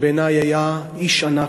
שבעיני היה איש ענק: